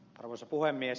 arvoisa puhemies